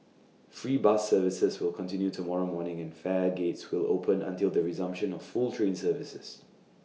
free bus services will continue tomorrow morning and fare gates will open until the resumption of full train services